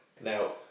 Now